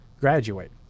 graduate